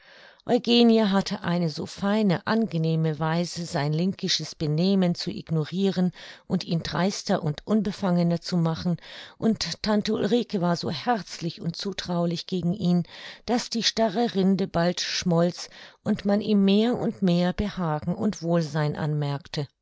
eugenie hatte eine so feine angenehme weise sein linkisches benehmen zu ignoriren und ihn dreister und unbefangener zu machen und tante ulrike war so herzlich und zutraulich gegen ihn daß die starre rinde bald schmolz und man ihm mehr und mehr behagen und wohlsein anmerkte